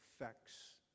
effects